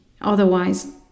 otherwise